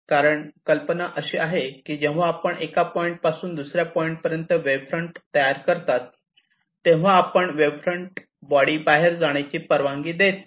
कारण कल्पना अशी आहे की जेव्हा आपण एका पॉईंट पासून दुसर्या पॉईंट पर्यंत वेव्ह फ्रंट तयार करता तेव्हा आपण वेव्ह फ्रंट बॉण्ड्री बाहेर जाण्याची परवानगी देत नाही